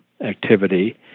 activity